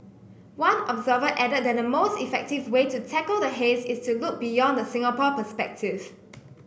one observer added that the most effective way to tackle the haze is to look beyond the Singapore perspective